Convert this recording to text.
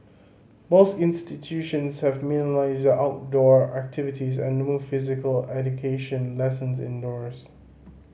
most institutions have minimised their outdoor activities and moved physical education lessons indoors